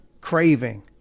craving